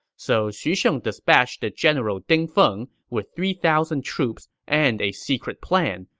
so xu sheng dispatched the general ding feng with three thousand troops and a secret plan,